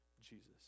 Jesus